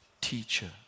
teacher